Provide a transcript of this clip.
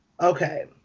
Okay